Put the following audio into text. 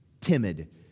timid